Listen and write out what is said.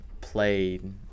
played